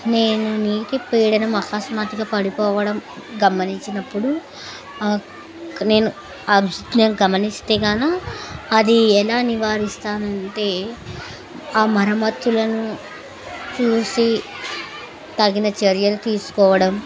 నేను నీటి పీడనం అకస్మాత్తుగా పడిపోవడం గమనించినప్పుడు నేను అను గమనిస్తే కనుక అది ఎలా నివారిస్తానంటే ఆ మరమత్తులను చూసి తగిన చర్యలు తీసుకోవడం